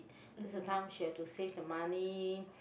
that's the time she had to save the money